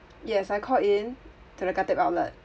yes I called in to the khatib outlet